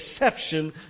exception